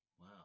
Wow